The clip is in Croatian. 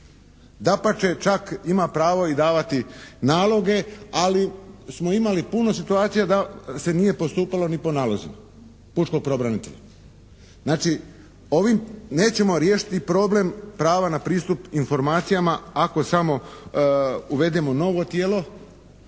Dapače, čak ima pravo i davati naloge, ali smo imali puno situacija da se nije postupalo ni po nalozima pučkog pravobranitelja. Znači ovim nećemo riješiti problem prava na pristup informacijama ako samo uvedemo novo tijelo,